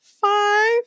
five